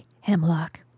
Hemlock